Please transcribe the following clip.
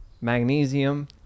magnesium